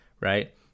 right